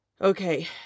Okay